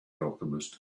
alchemist